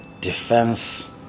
defense